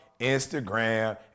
Instagram